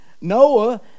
Noah